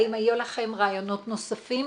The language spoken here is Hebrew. האם היו לכם רעיונות נוספים